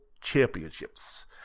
championships